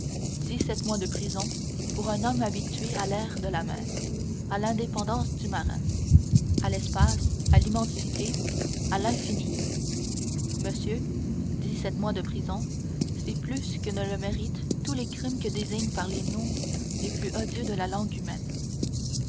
dix-sept mois de prison pour un homme habitué à l'air de la mer à l'indépendance du marin à l'espace à l'immensité à l'infini monsieur dix-sept mois de prison c'est plus que ne le méritent tous les crimes que désigne par les noms les plus odieux la langue humaine